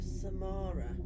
Samara